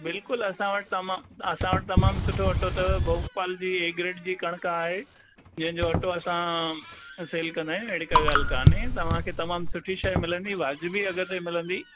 बिल्कुलु असां वटि तमामु असां वटि तमामु सुठो अटो अथव भोपाल जी ए ग्रेड जी कणिक आहे जंहिंजो अटो असां सेल कंदा आहियूं अहिड़ी काई ॻाल्हि कान्हे तव्हां खे वाजिबी अघ ते मिलंदी